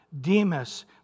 Demas